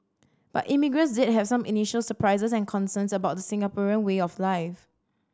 but immigrants did have some initial surprises and concerns about the Singaporean way of life